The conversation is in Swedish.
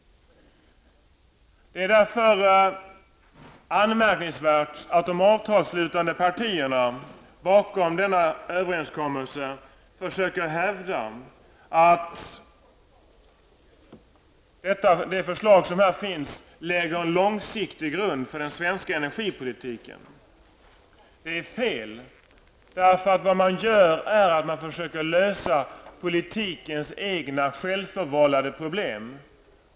Det är därför anmärkningsvärt att de avtalsslutande partierna bakom denna överenskommelse försöker hävda att det förslag som här finns lägger en långsiktig grund för den svenska energipolitiken. Det är fel. Vad man gör är att man försöker lösa politikens egna, självförvållade problem.